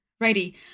Righty